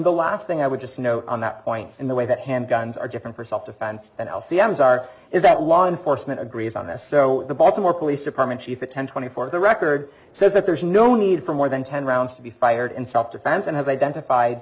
the last thing i would just note on that point in the way that handguns are different for self defense and l c m's are is that law enforcement agrees on this so the baltimore police department chief at ten twenty four the record says that there's no need for more than ten rounds to be fired in self defense and has identified